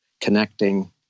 connecting